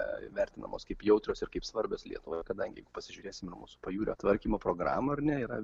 vertinamos kaip jautrios ir kaip svarbios lietuvoje kadangi pasižiūrėsime mūsų pajūrio tvarkymo programą ar ne yra